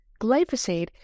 glyphosate